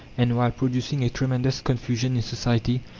and while producing a tremendous confusion in society,